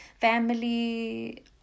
family